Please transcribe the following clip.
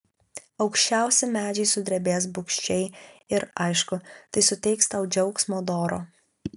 aukščiausi medžiai sudrebės bugščiai ir aišku tai suteiks tau džiaugsmo doro